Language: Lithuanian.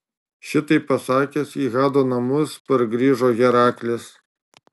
šitai pasakęs į hado namus pargrįžo heraklis